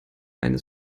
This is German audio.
eines